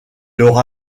aura